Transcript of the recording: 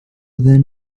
then